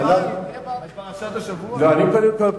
קודם כול,